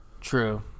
True